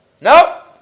No